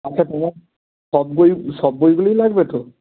আচ্ছা তোমার সব বই সব বইগুলোই লাগবে তো